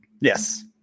Yes